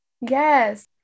Yes